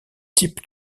type